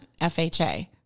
FHA